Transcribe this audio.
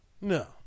No